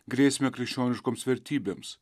grėsmę krikščioniškoms vertybėms